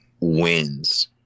wins